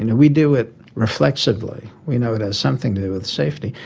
and and we do it reflexively, we know it has something to do with safety.